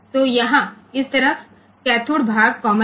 તેથી અહીં આ બાજુ કેથોડ ભાગ કોમન છે